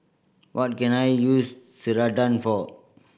what can I use Ceradan for